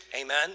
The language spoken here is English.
amen